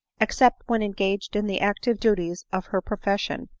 except when engaged in the active dudes of her profession,